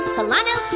Solano